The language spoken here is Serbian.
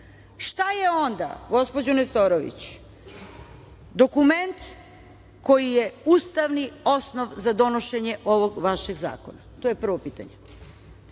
šta je onda, gospođo Nestorović, dokument koji je ustavni osnov za donošenje ovog vašeg zakona? To je prvo pitanje. Drugo